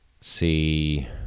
see